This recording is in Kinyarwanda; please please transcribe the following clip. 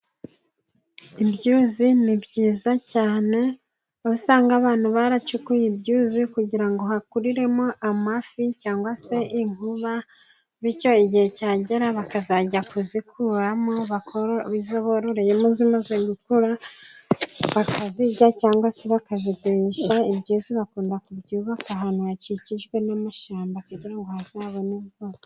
Ibyuzi ni byiza cyane, aho usanga abantu baracukuye ibyuzi kugira ngo hakuriremo amafi cyangwa se inkuba ,bityo igihe cyagera bakazajya kuzikuramo, izo bororeyemo zimaze gukura bakazirya cyangwa se bakazigurisha. Ibyuzi bakunda kubyubaka ahantu hakikijwe n'amashyamba kugira ngo hazabone imvura.